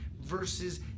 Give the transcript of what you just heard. versus